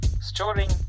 storing